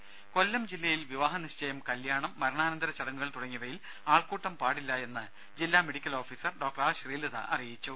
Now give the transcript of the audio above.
രുമ കൊല്ലം ജില്ലയിൽ വിവാഹനിശ്ചയം കല്യാണം മരണാനന്തര ചടങ്ങുകൾ തുടങ്ങിയവയിൽ ആൾക്കൂട്ടം പാടില്ലായെന്ന് ജില്ലാ medical officer Dr R Sreelatha അറിയിച്ചു